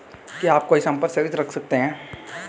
क्या आप कोई संपार्श्विक रख सकते हैं?